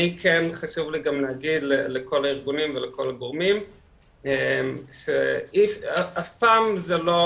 אני כן חשוב לי גם להגיד לכל הארגונים ולכל הגורמים שאף פעם זה לא